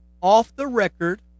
off-the-record